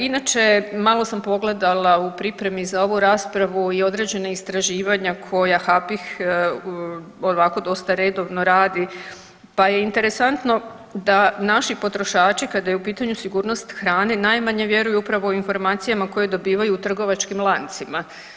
Inače malo sam pogledala u pripremi za ovu raspravu i određena istraživanja koja HAPIH ovako dosta redovno radi, pa je interesantno da naši potrošači kada je u pitanju sigurnost hrane najmanje vjeruju upravo informacijama koje dobivaju u trgovačkim lancima.